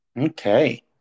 Okay